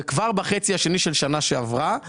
וכבר בחצי השני של שנה שעברה,